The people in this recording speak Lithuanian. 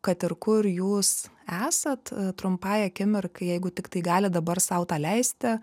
kad ir kur jūs esat trumpai akimirkai jeigu tiktai galit dabar sau tą leisti